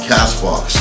CastBox